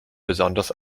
besonders